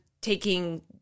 taking